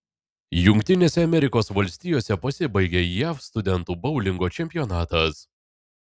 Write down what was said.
jungtinėse amerikos valstijose pasibaigė jav studentų boulingo čempionatas